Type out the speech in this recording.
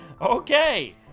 okay